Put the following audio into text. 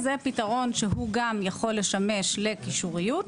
זה פתרון שהוא גם יכול לשמש לקישוריות.